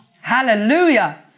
Hallelujah